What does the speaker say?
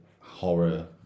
horror